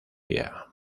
día